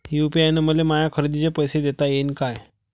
UPI न मले माया खरेदीचे पैसे देता येईन का?